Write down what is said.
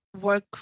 work